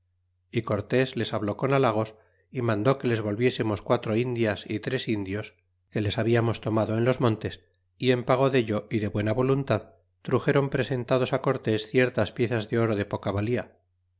y cortés les habló con halagos y mandó que les volviésemos quatro indias y tres indios que les hablamos tomado en los montes y en pago deil y de buena voluntad truxéron presentados cortés ciertas piezas de oro de poca valía